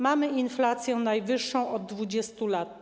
Mamy inflację najwyższą od 20 lat.